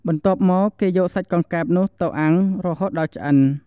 បន្ទាប់មក គេយកសាច់កង្កែបនោះទៅ អាំង រហូតដល់ឆ្អិន។